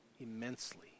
immensely